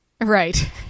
right